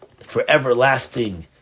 foreverlasting